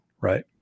right